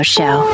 Show